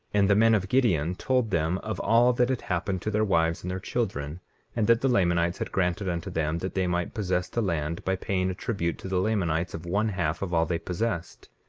and the men of gideon told them of all that had happened to their wives and their children and that the lamanites had granted unto them that they might possess the land by paying a tribute to the lamanites of one half of all they possessed.